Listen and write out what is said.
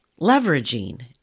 Leveraging